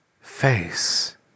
face